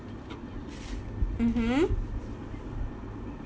mmhmm